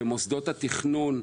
במוסדות התכנון,